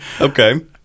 Okay